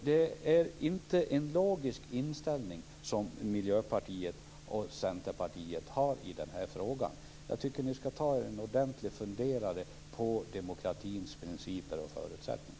Det är inte en logisk inställning som Miljöpartiet och Centerpartiet har i den här frågan. Jag tycker att ni skall ta er en ordentlig funderare på demokratins principer och förutsättningar.